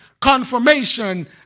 confirmation